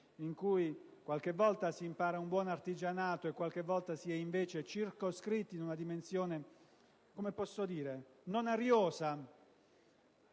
in cui qualche volta si impara un buon artigianato e qualche volta si è invece circoscritti in una dimensione non ariosa